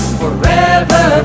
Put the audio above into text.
forever